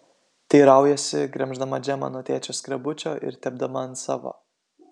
teiraujasi gremždama džemą nuo tėčio skrebučio ir tepdama ant savo